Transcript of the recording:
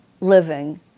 living